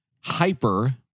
hyper-